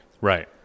Right